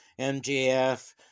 MJF